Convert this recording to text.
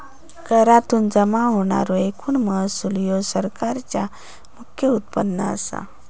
करातुन जमा होणारो एकूण महसूल ह्या सरकारचा मुख्य उत्पन्न असा